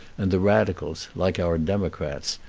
and the radicals, like our democrats,